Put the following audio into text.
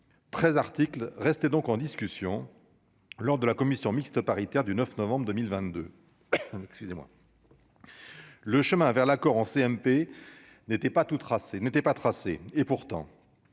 13 articles restait donc en discussion lors de la commission mixte paritaire du 9 novembre 2022, excusez-moi le chemin vers l'accord en CMP n'était pas tout tracé